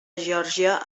geòrgia